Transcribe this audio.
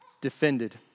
defended